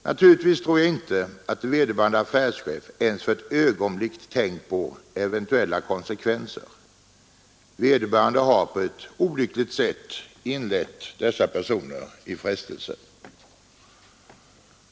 Naturligtvis tror jag inte att vederbörande affärschef ens för ett ögonblick har tänkt på de eventuella konsekvenserna, men han kan ändå på ett olyckligt sätt ha inlett personer i frestelse.